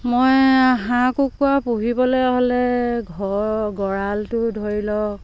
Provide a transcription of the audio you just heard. মই হাঁহ কুকুৰা পুহিবলে হ'লে ঘৰ গঁৰালটো ধৰি লওক